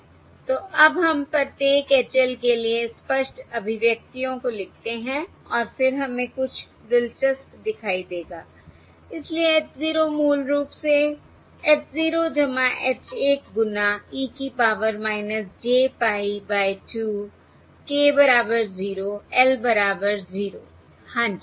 तो अब हम प्रत्येक H l के लिए स्पष्ट अभिव्यक्तियों को लिखते हैं और फिर हमें कुछ दिलचस्प दिखाई देगा इसलिए H 0 मूल रूप से h h गुना e की power j pie by 2 k बराबर 0 l बराबर 0 हाँ जी